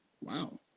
Wow